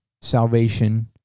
salvation